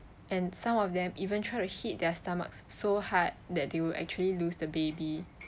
and some of them even try to hit their stomachs so hard that they will actually lose the baby